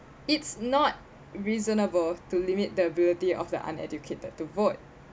it's not reasonable to limit the ability of the uneducated to vote